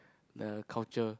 the culture